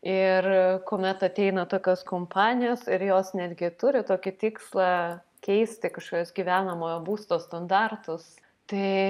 ir kuomet ateina tokios kompanijos ir jos netgi turi tokį tikslą keisti kažkokius gyvenamojo būsto standartus tai